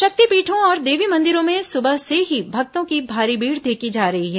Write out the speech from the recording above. शक्तिपीठों और देवी मंदिरों में सुबह से ही भक्तों की भारी भीड़ देखी जा रही है